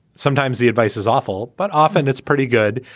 sometimes the advice is awful, but often it's pretty good.